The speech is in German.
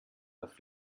auf